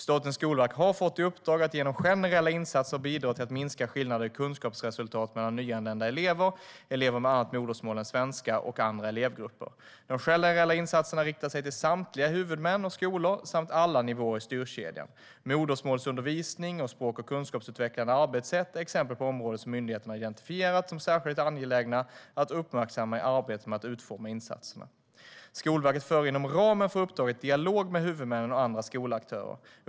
Statens skolverk har fått i uppdrag att genom generella insatser bidra till att minska skillnader i kunskapsresultat mellan nyanlända elever, elever med annat modersmål än svenska och andra elevgrupper. De generella insatserna riktar sig till samtliga huvudmän och skolor och till alla nivåer i styrkedjan. Modersmålsundervisning och språk och kunskapsutvecklande arbetssätt är exempel på områden som myndigheten har identifierat som särskilt angelägna att uppmärksamma i arbetet med att utforma insatserna. Skolverket för inom ramen för uppdraget dialog med huvudmän och andra skolaktörer.